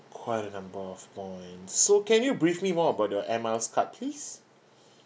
quite a number of points so can you brief me more about the air miles card please